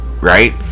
Right